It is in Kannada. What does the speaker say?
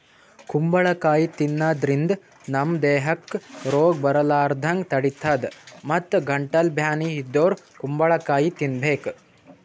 ಕುಂಬಳಕಾಯಿ ತಿನ್ನಾದ್ರಿನ್ದ ನಮ್ ದೇಹಕ್ಕ್ ರೋಗ್ ಬರಲಾರದಂಗ್ ತಡಿತದ್ ಮತ್ತ್ ಗಂಟಲ್ ಬ್ಯಾನಿ ಇದ್ದೋರ್ ಕುಂಬಳಕಾಯಿ ತಿನ್ಬೇಕ್